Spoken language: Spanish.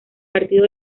partido